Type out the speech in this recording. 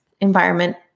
environment